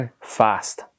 fast